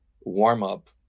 warm-up